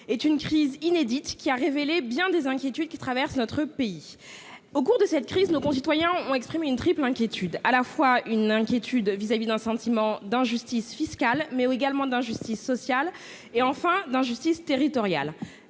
est une crise inédite qui a révélé bien des inquiétudes qui traversent notre pays au cours de cette crise, nos concitoyens ont exprimé une triple inquiétude à la fois une inquiétude vis-à-vis d'un sentiment d'injustice fiscale mais au également d'injustice sociale et enfin d'injustices territoriales